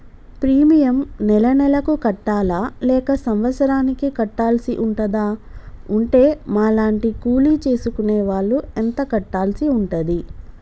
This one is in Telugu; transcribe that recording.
ప్రీమియం నెల నెలకు కట్టాలా లేక సంవత్సరానికి కట్టాల్సి ఉంటదా? ఉంటే మా లాంటి కూలి చేసుకునే వాళ్లు ఎంత కట్టాల్సి ఉంటది?